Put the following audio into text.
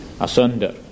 asunder